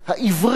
העברית,